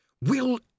Will